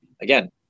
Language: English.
Again